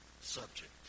subject